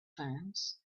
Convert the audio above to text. fence